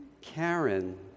Karen